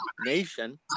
nation